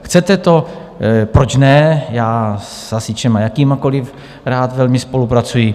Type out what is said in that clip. Chcete to, proč ne, já s hasiči jakýmikoliv rád velmi spolupracuji.